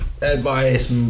advice